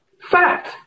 Fact